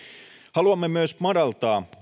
haluamme myös madaltaa